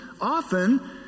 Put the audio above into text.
often